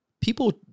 People